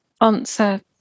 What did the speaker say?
answer